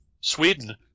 Sweden